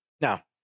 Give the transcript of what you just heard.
Now